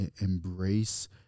embrace